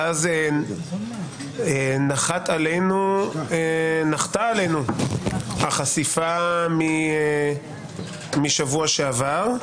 ואז נחתה עלינו החשיפה משבוע שעבר,